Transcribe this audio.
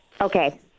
Okay